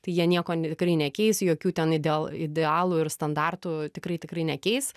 tai jie nieko n tikrai nekeis jokių ten idel idealų ir standartų tikrai tikrai nekeis